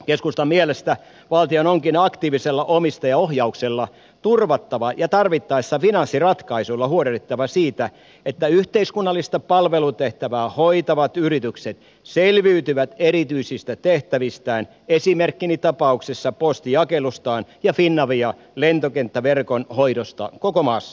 keskustan mielestä valtion onkin aktiivisella omistajaohjauksella turvattava ja tarvittaessa finanssiratkaisuilla huolehdittava siitä että yhteiskunnallista palvelutehtävää hoitavat yritykset selviytyvät erityisistä tehtävistään esimerkkieni tapauksissa posti jakelustaan ja finavia lentokenttäverkon hoidosta koko maassa